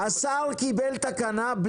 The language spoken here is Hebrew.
השר קיבל תקנה,